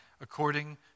according